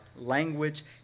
language